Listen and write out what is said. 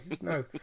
No